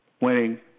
winning